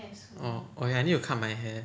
orh oh ya I need to cut my hair